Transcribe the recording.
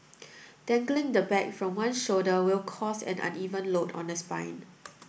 dangling the bag from one shoulder will cause an uneven load on the spine